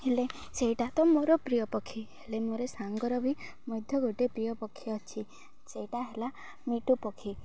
ହେଲେ ସେଇଟା ତ ମୋର ପ୍ରିୟ ପକ୍ଷୀ ହେଲେ ମୋର ସାଙ୍ଗର ବି ମଧ୍ୟ ଗୋଟେ ପ୍ରିୟ ପକ୍ଷୀ ଅଛି ସେଇଟା ହେଲା ମିଟୁ ପକ୍ଷୀ